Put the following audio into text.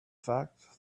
fact